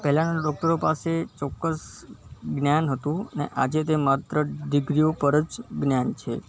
પહેલાંના ડૉક્ટરો પાસે ચોક્કસ જ્ઞાન હતું ને આજે તે માત્ર ડિગ્રીઓ પર જ જ્ઞાન છે